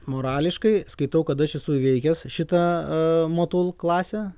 morališkai skaitau kad aš esu įveikęs šitą motul klasę